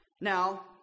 Now